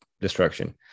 destruction